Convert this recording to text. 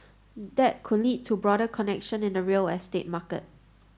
that could lead to a broader connection in the real estate market